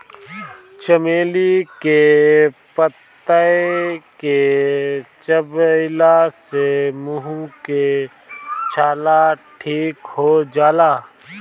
चमेली के पतइ के चबइला से मुंह के छाला ठीक हो जाला